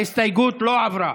ההסתייגות לא עברה.